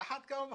על אחת כמה וכמה,